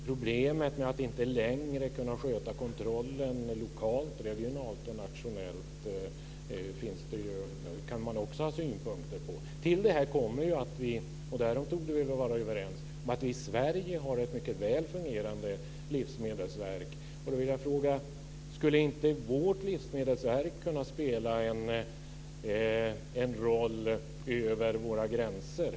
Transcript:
Problemet med att inte längre kunna sköta kontrollen lokalt, regionalt och nationellt kan man också ha synpunkter på. Till detta kommer, därom torde vi vara överens, att Sverige har ett mycket väl fungerande livsmedelsverk. Då vill jag fråga: Skulle inte vårt livsmedelsverk kunna spela en roll över våra gränser?